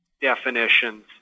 definitions